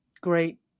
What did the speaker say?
great